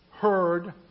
Heard